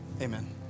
Amen